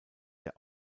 der